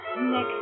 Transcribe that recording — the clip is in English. Nick